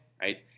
right